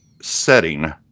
Setting